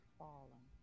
fallen